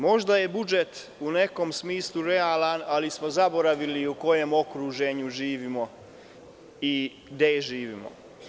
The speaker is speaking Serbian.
Možda je budžet u nekom smislu realan, ali smo zaboravili u kojem okruženju živimo i gde živimo.